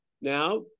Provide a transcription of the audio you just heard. Now